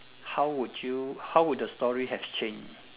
how would you how would the story have changed